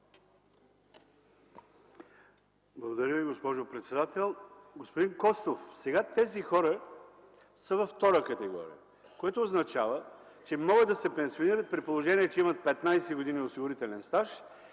Благодаря Ви, госпожо председател. Господин Костов, сега тези хора са във втора категория, което означава, че могат да се пенсионират, при положение че имат 15 години осигурителен стаж